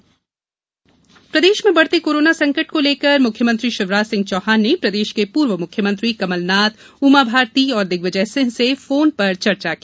मुख्यमंत्री बैंक प्रदेश में बढते कोरोना संकट को लेकर मुख्यमंत्री शिवराज सिंह चौहान ने प्रदेश के पुर्व मुख्यमंत्री कमलनाथ उमा भारती और दिग्विजय सिंह से फोन पर चर्चा की